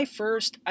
first